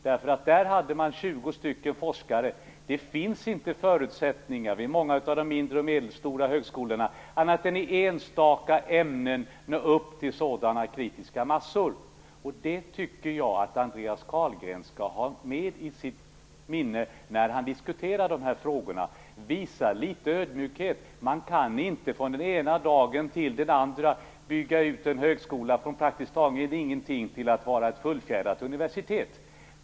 Där hade man 20 forskare, och det finns inte förutsättningar vid många av de mindre och medelstora högskolorna, annat än i enstaka ämnen, att nå upp till sådana kritiska massor. Det tycker jag att Andreas Carlgren skall ha i sitt minne när han diskuterar dessa frågor. Visa litet ödmjukhet! Man kan inte från den ena dagen till andra bygga ut en högskola från praktiskt taget ingenting till att vara ett fullfjädrat universitet.